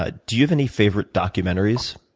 ah do you have any favorite documentaries?